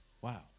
Wow